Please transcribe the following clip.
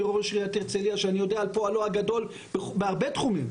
ראש עיריית הרצליה שאני יודע על פועלו הגדול בהרבה תחומים,